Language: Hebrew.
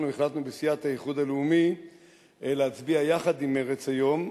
אנחנו החלטנו בסיעת האיחוד הלאומי להצביע יחד עם מרצ היום,